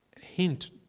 hint